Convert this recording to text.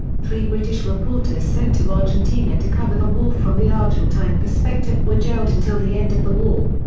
three british reporters sent to argentina to cover the war from the argentine perspective were jailed until the end of the war.